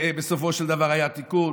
ובסופו של דבר היה תיקון.